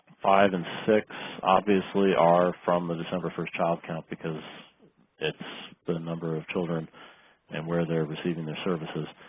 five and six obviously are from the december first child count because it's the number of children and where they're receiving their services.